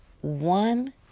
one